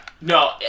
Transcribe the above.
No